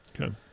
okay